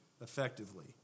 effectively